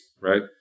right